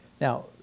Now